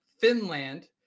Finland